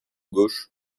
gauche